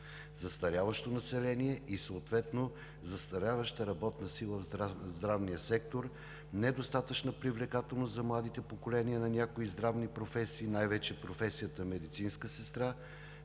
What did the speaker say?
застаряващо население и съответно застаряваща работна сила в здравния сектор; недостатъчна привлекателност за младите поколения на някои здравни професии, най-вече професията медицинска сестра;